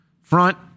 front